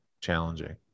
challenging